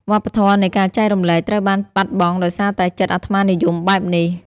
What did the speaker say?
វប្បធម៌នៃការចែករំលែក ត្រូវបានបាត់បង់ដោយសារតែចិត្តអាត្មានិយមបែបនេះ។